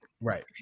Right